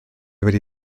wedi